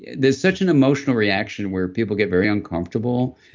there's such an emotional reaction where people get very uncomfortable,